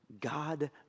God